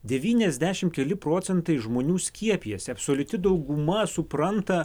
devyniasdešim keli procentai žmonių skiepijasi absoliuti dauguma supranta